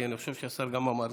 כי אני חושב שגם השר אמר זאת.